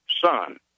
son